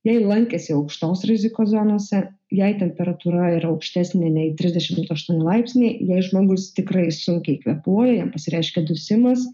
jei lankėsi aukštos rizikos zonose jei temperatūra yra aukštesnė nei trisdešimt aštuoni laipsniai jei žmogus tikrai sunkiai kvėpuoja jam pasireiškia dusimas